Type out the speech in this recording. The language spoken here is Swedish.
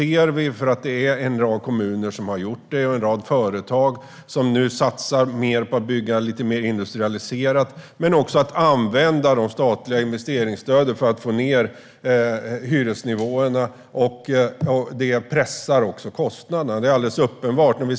En rad kommuner har gjort det, och en rad företag satsar nu på att bygga lite mer industrialiserat men också på att använda de statliga investeringsstöden för att få ned hyresnivåerna. Detta pressar också kostnaderna; det är alldeles uppenbart.